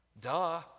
Duh